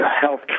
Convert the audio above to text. health